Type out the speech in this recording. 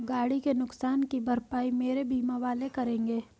गाड़ी के नुकसान की भरपाई मेरे बीमा वाले करेंगे